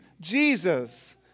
Jesus